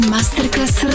Masterclass